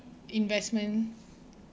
investment